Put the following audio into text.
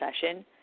session